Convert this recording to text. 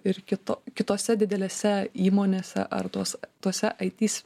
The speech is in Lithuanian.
ir kito kitose didelėse įmonėse ar tuos tuose it